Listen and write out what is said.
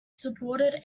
supported